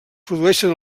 produeixen